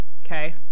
Okay